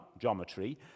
geometry